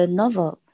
novel